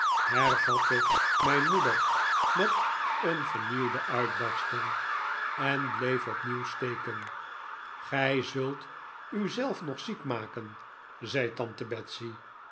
hervatte mijn moeder met een vernieuwde uitbarsting en bleef opnieuw steken gij zult u zelf nog ziek maken zei tante betsey en